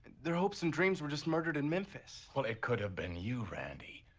their hopes and dreams were just murdered in memphis. well, it could have been you, randy.